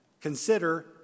Consider